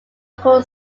local